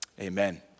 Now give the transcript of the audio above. amen